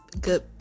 good